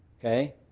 okay